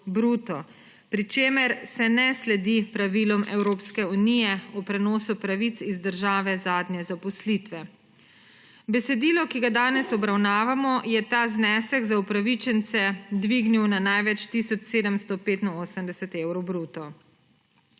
bruto, pri čemer se ne sledi pravilom Evropske unije o prenosu pravic iz države zadnje zaposlitve. Besedilo, ki ga danes obravnavamo, je ta znesek za upravičence dvignil na največ tisoč 785 evrov bruto.